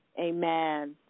Amen